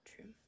True